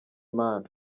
imana